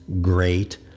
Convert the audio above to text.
great